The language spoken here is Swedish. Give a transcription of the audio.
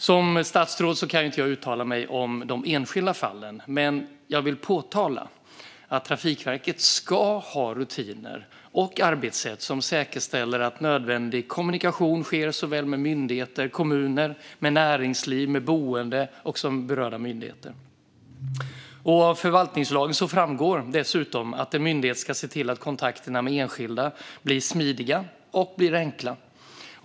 Som statsråd kan jag inte uttala mig om de enskilda fallen, men jag vill påpeka att Trafikverket ska ha rutiner och arbetssätt som säkerställer att nödvändig kommunikation sker med såväl kommuner, näringsliv och boende som berörda myndigheter. Av förvaltningslagen framgår dessutom att en myndighet ska se till att kontakterna med enskilda blir smidiga och enkla.